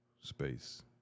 space